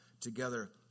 together